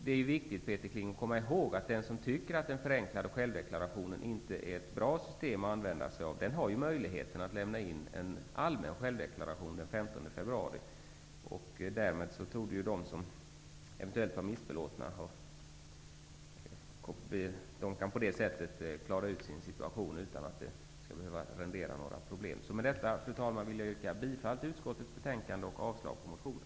Det är viktigt att komma ihåg, Peter Kling, att den som tycker att den förenklade självdeklarationen inte är ett bra system att använda sig av, har möjligheten att lämna in en allmän självdeklaration den 15 februari. Därmed kan de som eventuellt är missbelåtna klara ut sin situation utan att det skall behöva rendera några problem. Fru talman! Med detta vill jag yrka bifall till hemställan i utskottets betänkande och avslag på motionen.